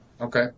Okay